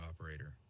operator